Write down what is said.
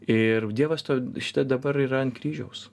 ir dievas to šita dabar yra ant kryžiaus